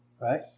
Right